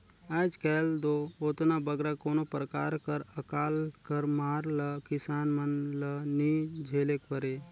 आएज काएल दो ओतना बगरा कोनो परकार कर अकाल कर मार ल किसान मन ल नी झेलेक परे